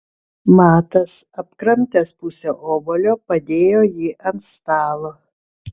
matas apkramtęs pusę obuolio padėjo jį ant stalo